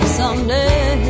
someday